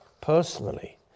personally